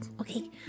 okay